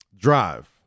drive